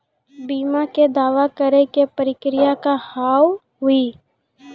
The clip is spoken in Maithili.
बीमा के दावा करे के प्रक्रिया का हाव हई?